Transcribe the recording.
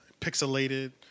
pixelated